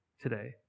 today